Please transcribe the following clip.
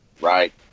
right